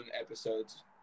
episodes